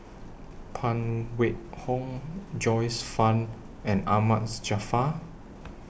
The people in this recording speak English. Phan Wait Hong Joyce fan and Ahmad Jaafar